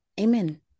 Amen